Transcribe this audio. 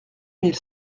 mille